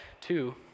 two